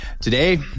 Today